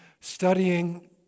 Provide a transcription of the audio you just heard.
studying